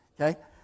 Okay